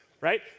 right